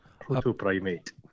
Proto-primate